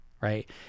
right